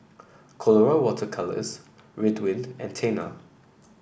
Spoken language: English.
Colora Water Colours Ridwind and Tena